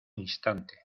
instante